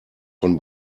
von